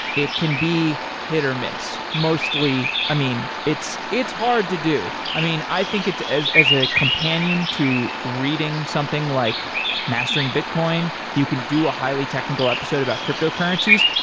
it can be hit or miss. mostly i mean, it's it's hard to do. i mean, i think it's as as a companion to reading something like mastering bitcoin, you can do a highly technical episode about cryptocurrencies.